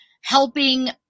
helping